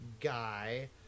guy